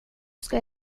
ska